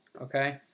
Okay